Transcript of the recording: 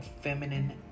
feminine